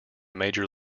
major